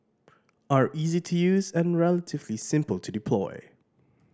are easy to use and relatively simple to deploy